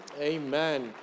Amen